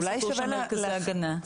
הסיפור של מרכזי ההגנה.